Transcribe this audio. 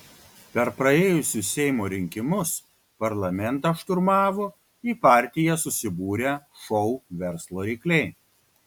per praėjusius seimo rinkimus parlamentą šturmavo į partiją susibūrę šou verslo rykliai